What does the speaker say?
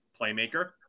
playmaker